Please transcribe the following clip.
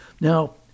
Now